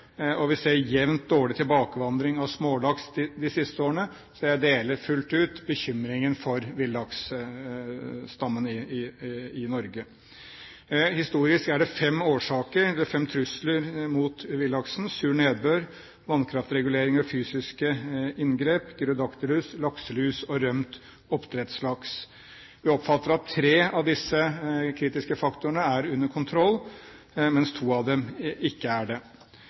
Vi ser jevnt dårlig tilbakevandring av smålaks de siste årene, så jeg deler fullt ut bekymringen for villaksstammen i Norge. Historisk er det fem trusler mot villaksen: sur nedbør, vannkraftregulering og fysiske inngrep, Gyrodactylus, lakselus, og rømt oppdrettslaks. Vi oppfatter at tre av disse kritiske faktorene er under kontroll, mens to av dem ikke er det.